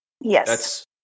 Yes